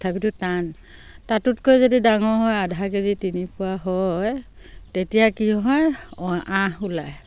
তথাপিতো টান তাতোতকৈ যদি ডাঙৰ হয় আধা কেজি তিনিপুৱা হয় তেতিয়া কি হয় আঁহ ওলায়